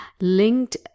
linked